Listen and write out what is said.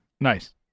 Nice